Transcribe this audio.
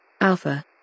Alpha